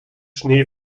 schnee